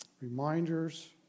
reminders